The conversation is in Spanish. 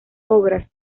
obras